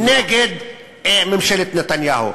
נגד ממשלת נתניהו.